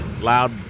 loud